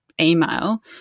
email